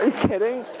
kidding?